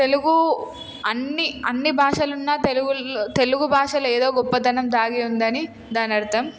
తెలుగు అన్ని అన్ని భాషలున్నా తెలుగులో తెలుగు భాషలో ఏదో గొప్పతనం దాగి ఉందని దాని అర్థం